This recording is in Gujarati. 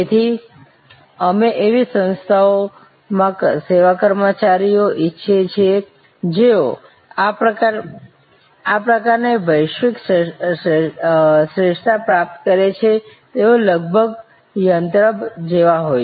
તેથી અમે એવી સંસ્થાઓમાં સેવા કર્મચારીઓ ઈચ્છીએ છીએ જેઓ આ પ્રકારની વૈશ્વિક શ્રેષ્ઠતા પ્રાપ્ત કરે છે તેઓ લગભગ યંત્ર જેવા હોય